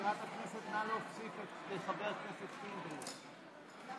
מסתבר שחבר הכנסת פינדרוס מופיע ונרשם ברישומים בעד.